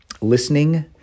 listening